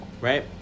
Right